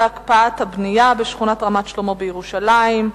הקפאת הבנייה בשכונת רמת-שלמה בירושלים,